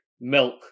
Milk